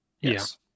Yes